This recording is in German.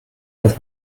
dass